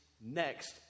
next